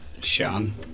Sean